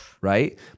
Right